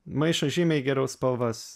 maišo žymiai geriau spalvas